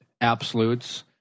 absolutes